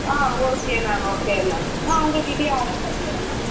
ஆ okay ma'am okay ma'am நான் உங்கள்கிட்டையே order பண்ணிக்கிறேன் மேம்